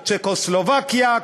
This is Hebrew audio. צ'כוסלובקיה,